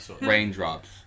raindrops